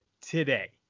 today